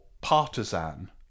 partisan